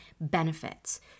benefits